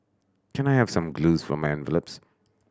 can I have some glues for my envelopes